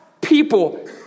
people